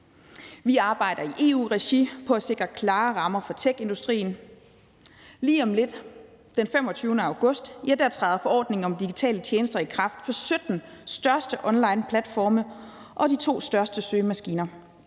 Vi arbejder i EU-regi på at sikre klare rammer for techindustrien. Lige om lidt – den 25. august – træder forordningen om digitale tjenester i kraft for de sytten største onlineplatforme og de to største søgemaskiner.